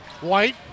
White